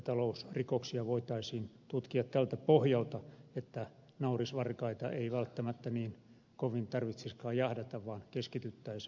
talousrikoksia voitaisiin tutkia tältä pohjalta että naurisvarkaita ei välttämättä niin kovin tarvitsisikaan jahdata vaan keskityttäisiin oleelliseen